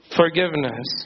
forgiveness